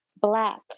Black